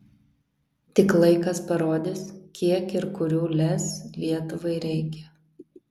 tik laikas parodys kiek ir kurių lez lietuvai reikia